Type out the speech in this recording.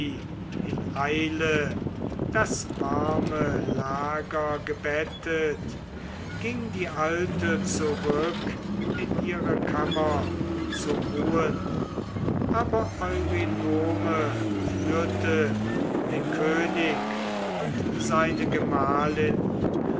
in eile das warme lager gebettet ging die alte zurück in ihre kammer zu ruhen aber eurynome führte den könig und seine gemahlin